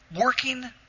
Working